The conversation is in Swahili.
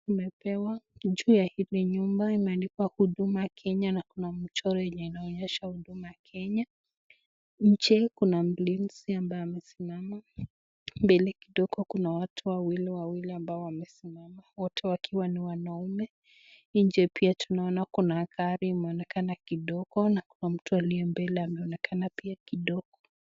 Tumepewa juu ya hili nyumba imeandikwa Huduma Kenya na kuna mchoro yenye inaonyesha Huduma Kenya, nje kuna mlinzi ambaye amesimama mbele kidogo kuna nwatu wawiliwawili ambao wamesimama, wote wakiwa ni wanaume nje pia kuna gari inaonekana kidogo na kuna mtu anaonekana pia kidogo.